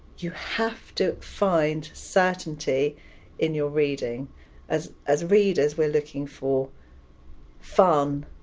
you have to find certainty in your reading as as readers we're looking for fun,